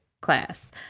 class